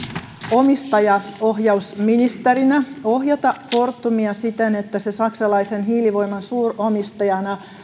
omistajaohjausministerinä ohjata fortumia siten että se saksalaisen hiilivoiman suuromistajana